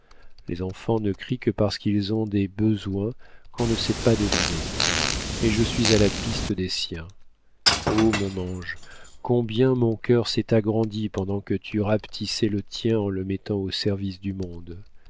les enfants ne crient que parce qu'ils ont des besoins qu'on ne sait pas deviner et je suis à la piste des siens oh mon ange combien mon cœur s'est agrandi pendant que tu rapetissais le tien en le mettant au service du monde